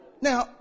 Now